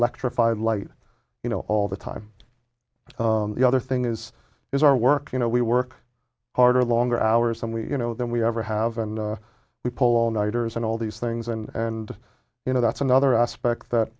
lectrified light you know all the time the other thing is is our work you know we work harder longer hours and we you know than we ever have and we pull all nighters and all these things and you know that's another aspect